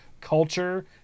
culture